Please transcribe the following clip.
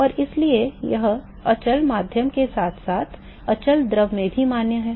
और इसलिए यह अचल माध्यम के साथ साथ अचल द्रव में भी मान्य है